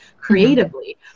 creatively